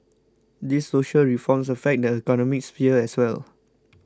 these social reforms affect the economic sphere as well